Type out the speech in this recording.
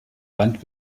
wand